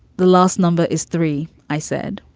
the last number is three. i said